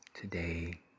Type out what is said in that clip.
today